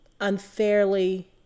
unfairly